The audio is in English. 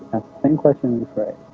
same questions rephrased